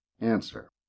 Answer